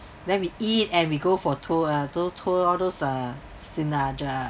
then we eat and we go for tour ah do tour all those uh